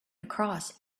across